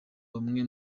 bamwe